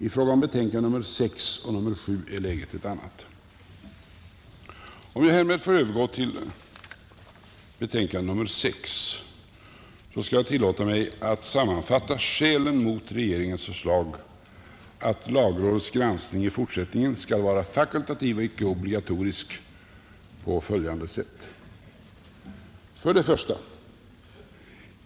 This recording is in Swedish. I fråga om betänkandena nr 6 och nr 7 är läget ett annat. Om jag härmed får övergå till betänkande nr 6, så skall jag tillåta mig att sammanfatta skälen mot regeringens förslag att lagrådets granskning i fortsättningen skall vara fakultativ och icke obligatorisk på följande sätt: 1.